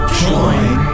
join